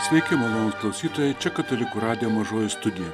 sveiki malonūs klausytojai čia katalikų radijo mažoji studija